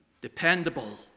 dependable